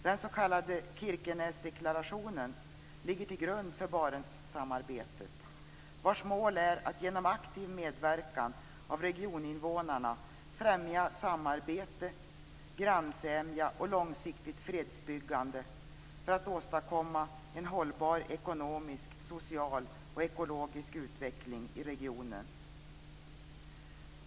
Den s.k. Kirkenesdeklarationen ligger till grund för Barentssamarbetet, vars mål är att genom aktiv medverkan av regioninvånarna främja samarbete, grannsämja och långsiktigt fredsbyggande för att åstadkomma en hållbar ekonomisk, social och ekologisk utveckling i regionen.